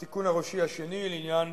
התיקון הראשי השני, לעניין